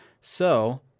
So-